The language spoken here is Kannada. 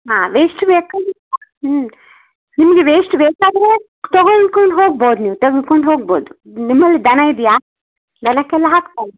ಹಾಂ ವೇಸ್ಟ್ ಬೇಕಾದರೂ ಹ್ಞೂ ನಿಮಗೆ ವೇಸ್ಟ್ ಬೇಕಾದರೇ ತಗೊಳ್ಕೊಂಡು ಹೋಗ್ಬೋದು ನೀವು ತೆಗ್ದ್ಕೊಂಡು ಹೋಗ್ಬೋದು ನಿಮ್ಮಲ್ಲಿ ದನ ಇದೆಯಾ ದನಕ್ಕೆಲ್ಲ ಹಾಕ್ತಾರೆ